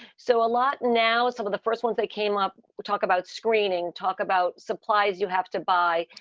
so a lot. now, some of the first ones that came up, we'll talk about screening, talk about supplies you have to buy.